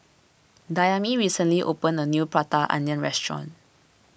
Dayami recently opened a new Prata Onion restaurant